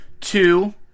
Two